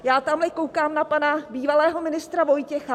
Já tamhle koukám na pana bývalého ministra Vojtěcha.